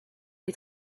est